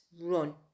Run